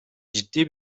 ciddi